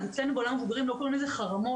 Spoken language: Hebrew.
אז אצלנו בעולם המבוגרים לא קוראים לזה חרמות,